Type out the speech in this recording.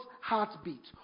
heartbeat